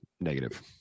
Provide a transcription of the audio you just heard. negative